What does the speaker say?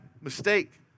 mistake